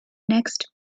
next